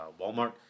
Walmart